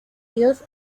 dios